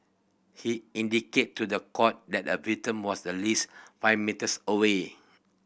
he indicated to the court that a victim was at least five metres away